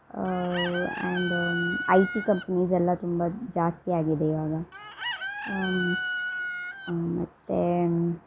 and IT companies ಎಲ್ಲ ತುಂಬ ಜಾಸ್ತಿ ಆಗಿದೆ ಇವಾಗ ಮತ್ತು